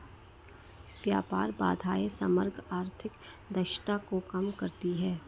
व्यापार बाधाएं समग्र आर्थिक दक्षता को कम करती हैं